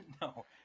No